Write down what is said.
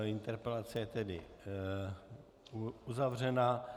Interpelace je tedy uzavřena.